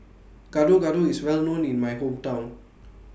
Gado Gado IS Well known in My Hometown